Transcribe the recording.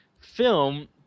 film